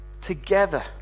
together